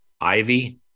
Ivy